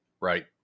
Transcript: right